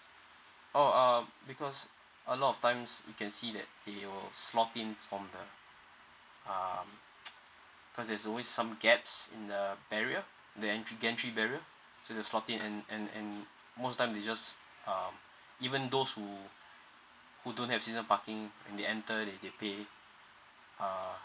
oh um because a lot of times we can see that they will slot in from the um cause there's always some gaps in the barrier the entry entry barrier so they slot in and and and most time they just um even those who who don't have season parking when they enter they they pay err